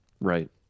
Right